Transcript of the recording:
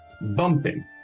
bumping